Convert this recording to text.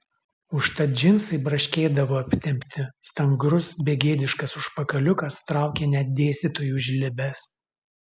užtat džinsai braškėdavo aptempti stangrus begėdiškas užpakaliukas traukė net dėstytojų žlibes